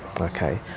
Okay